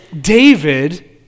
David